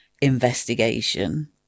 investigation